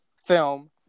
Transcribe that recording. Film